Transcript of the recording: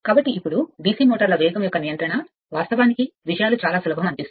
కాబట్టి ఇప్పుడు DC మోటార్లు యొక్క వేగ నియంత్రణ వాస్తవానికి విషయాలు చాలా సులభం అనిపిస్తాయి